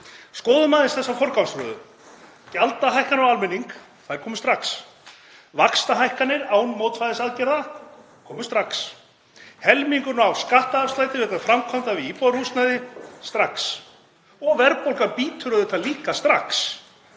Skoðum aðeins þessa forgangsröðun. Gjaldahækkanir á almenning, þær komu strax. Vaxtahækkanir án mótvægisaðgerða komu strax. Helmingurinn á skattafslætti vegna framkvæmda við íbúðarhúsnæði strax og verðbólgan bítur auðvitað líka strax.